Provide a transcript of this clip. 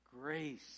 grace